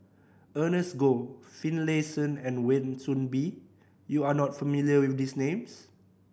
Ernest Goh Finlayson and Wan Soon Bee you are not familiar with these names